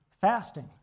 fasting